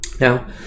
Now